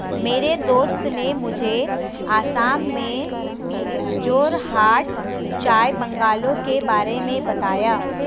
मेरे दोस्त ने मुझे असम में जोरहाट चाय बंगलों के बारे में बताया